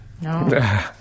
no